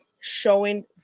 showing